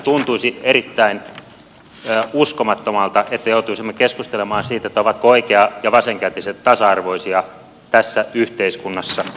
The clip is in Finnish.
tuntuisi erittäin uskomattomalta että joutuisimme keskustelemaan siitä ovatko oikea ja vasenkätiset tasa arvoisia tässä yhteiskunnassa